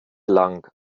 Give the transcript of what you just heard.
lang